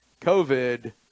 covid